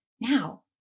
Now